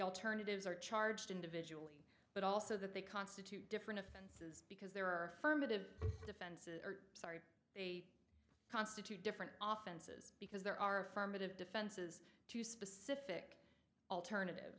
alternatives are charged individually but also that they constitute different offenses because there are firm of defense sorry they constitute different offices because there are firm of defenses to specific alternative